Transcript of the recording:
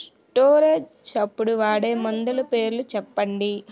Storage అప్పుడు వాడే మందులు పేర్లు చెప్పండీ?